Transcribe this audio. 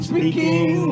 Speaking